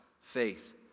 faith